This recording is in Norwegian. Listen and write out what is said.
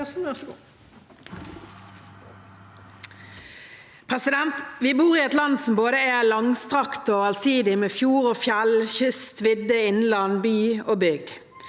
Vi bor i et land som både er langstrakt og allsidig, med fjord og fjell, kyst og vidde, innland, by og bygd.